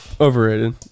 Overrated